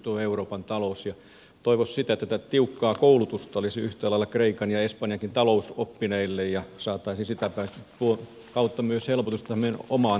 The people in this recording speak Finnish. tuo euroopan talous on kimurantti kysymys ja toivoisi sitä että tätä tiukkaa koulutusta olisi yhtä lailla kreikan ja espanjankin talousoppineille ja saisimme sitä kautta myös helpotusta tähän meidän omaan talouteemme